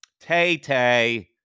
Tay-Tay